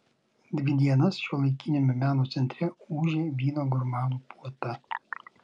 dvi dienas šiuolaikiniame meno centre ūžė vyno gurmanų puota